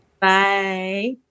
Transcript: Bye